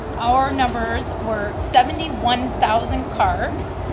our numbers were seventy one thousand cars